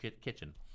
kitchen